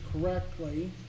correctly